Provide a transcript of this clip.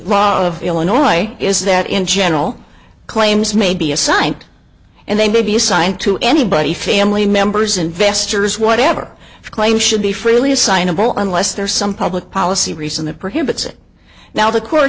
law of illinois is that in general claims may be assigned and they may be assigned to anybody family members investors whatever claim should be freely assignable unless there's some public policy reason that prohibits it now the co